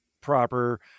proper